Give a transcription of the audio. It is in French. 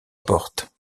porte